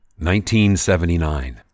1979